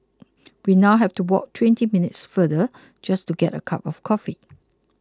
we now have to walk twenty minutes farther just to get a cup of coffee